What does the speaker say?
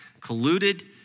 colluded